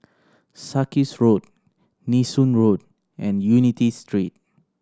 Sarkies Road Nee Soon Road and Unity Street